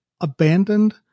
abandoned